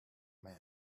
man